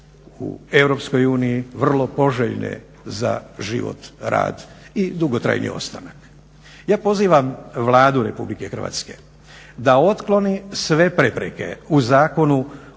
uniji vrlo poželjne za život, rad i dugotrajni ostanak. Ja pozivam Vladu Republike Hrvatske da otkloni sve prepreke u Zakonu